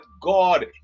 God